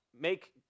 make